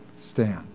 stand